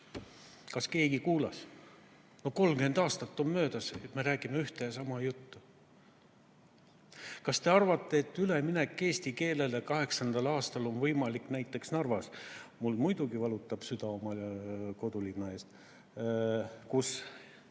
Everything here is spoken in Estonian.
Kas keegi kuulas? 30 aastat on möödas, ja me räägime ühte ja sama juttu. Kas te arvate, et üleminek eesti keelele 2028. aastal on võimalik näiteks Narvas? Mul muidugi valutab süda oma kodulinna pärast, kus